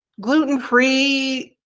gluten-free